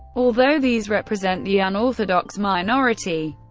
although these represent the unorthodox minority.